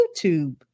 YouTube